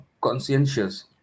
conscientious